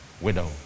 widow